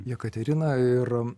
jekaterina ir